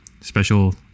special